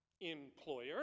employer